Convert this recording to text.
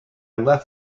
left